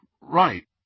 right